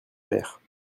mère